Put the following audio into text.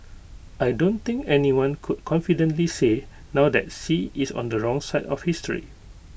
I don't think anyone could confidently say now that Xi is on the wrong side of history